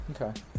Okay